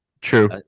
True